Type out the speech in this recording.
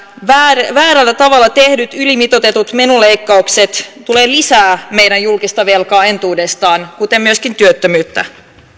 väärällä väärällä tavalla tehdyt ylimitoitetut menoleikkaukset tulevat lisäämään meidän julkista velkaa entuudestaan kuten myöskin työttömyyttä